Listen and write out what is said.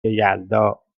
یلدا